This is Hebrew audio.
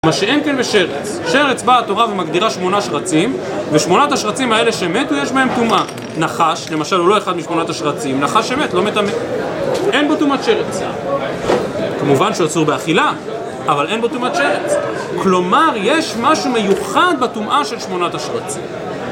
מה שאין כן בשרץ, שרץ, באה התורה ומגדירה שמונה שרצים, ושמונת השרצים האלה שמתו, יש בהם טומטה. נחש, למשל הוא לא אחד משמונת השרצים, נחש שמת, לא מטמא. אין בו טומאת שרץ! כמובן שהוא אסור באכילה, אבל אין בו טומאת שרץ. כלומר, יש משהו מיוחד בטומאה של שמונת השרצים